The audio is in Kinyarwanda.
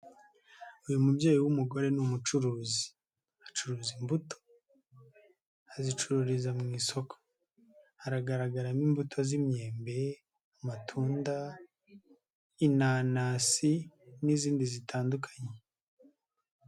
Uyu mubyeyi w'umugore ni umucuruzi. Acuruza imbuto, azicururiza mu isoko. Hagaragaramo imbuto z'imyembe, amatunda, inanasi n'izindi zitandukanye.